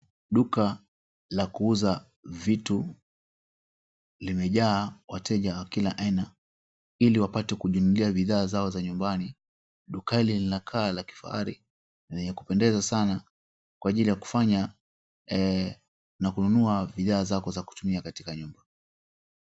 Duka la kuuza vitu limejaa wateja wa kila aina ili wapate kujinunulia bidhaa zao za nyumbani. Duka hili linakaa la kifahari lenye kupendeza sana kwa ajili ya kufanya na kununua bidhaa zako za kutumia katika nyumba.